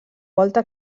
volta